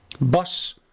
Bus